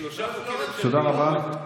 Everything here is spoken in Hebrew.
תודה רבה.